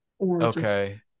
Okay